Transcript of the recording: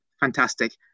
fantastic